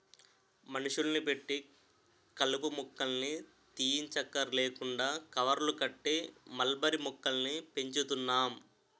మనుషుల్ని పెట్టి కలుపు మొక్కల్ని తీయంచక్కర్లేకుండా కవర్లు కట్టి మల్బరీ మొక్కల్ని పెంచుతున్నాం